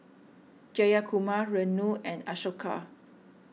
Jayakumar Renu and Ashoka